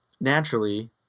naturally